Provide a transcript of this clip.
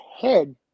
head